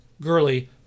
Gurley